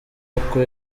uko